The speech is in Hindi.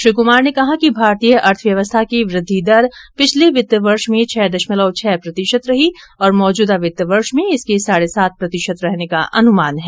श्री कुमार ने कहा कि भारतीय अर्थव्यवस्था की वृद्धि दर पिछले वित्त वर्ष में में छह दशमलव छह प्रतिशत रही और मौजूदा वित्त वर्ष में इसके साढ़े सात प्रतिशत रहने का अनुमान है